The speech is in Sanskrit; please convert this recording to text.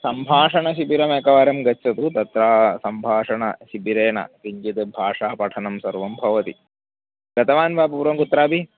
सम्भाषणशिबिरम् एकवारं गच्छतु तत्र सम्भाषणशिबिरेण किञ्चित् भाषापठनं सर्वं भवति गतवान् वा पूर्वं कुत्रापि